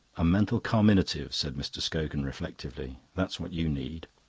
a mental carminative, said mr. scogan reflectively. that's what you need.